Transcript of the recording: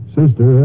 sister